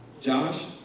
Josh